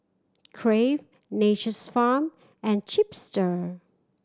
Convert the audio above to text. Crave Nature's Farm and Chipster